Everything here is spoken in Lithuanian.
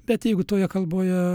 bet jeigu toje kalboje